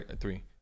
three